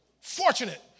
Fortunate